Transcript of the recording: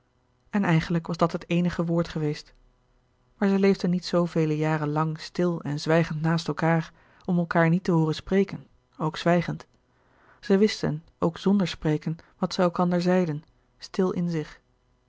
en eigenlijk was dat het eenige woord geweest maar zij leefden niet zoo vele jaren lang stil en zwijgend naast elkaâr om elkaâr niet te hooren spreken ook zwijgend zij wisten ook zonder spreken wat zij elkander zeiden stil in zich